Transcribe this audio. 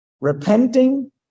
repenting